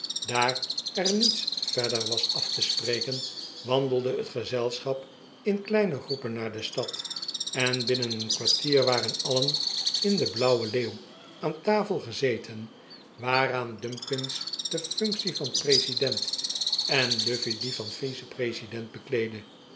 daar er niets verder was af te spreken wandelde het gezelschap in kleine groepen naar de stad en binnen een kwartier waren alien in de blauwe leeuw aan tafel gezeten waaraan dumkins de functie van president en luffey die van vice-president bekleedde